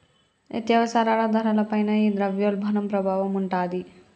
నిత్యావసరాల ధరల పైన ఈ ద్రవ్యోల్బణం ప్రభావం ఉంటాది